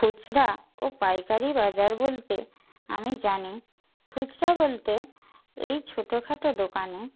খুচরো ও পাইকারি বাজার বলতে আমি জানি খুচরো বলতে এই ছোটোখাটো দোকানে